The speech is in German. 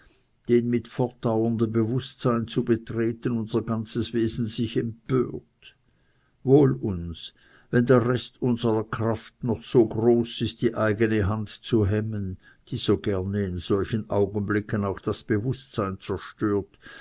den mit fortdauerndem bewußtsein zu betreten unser ganzes wesen sich empört wohl uns wenn der rest unserer kraft noch so groß ist die eigene hand zu hemmen die so gerne in solchen augenblicken auch das bewußtsein zerstört